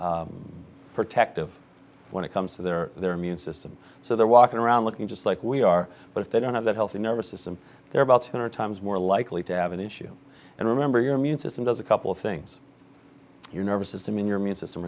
less protective when it comes to their their immune system so they're walking around looking just like we are but if they don't have that healthy nervous system they're about two hundred times more likely to have an issue and remember your immune system does a couple of things your nervous system your immune system